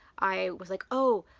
i was like, oh,